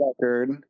Record